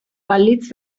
balitz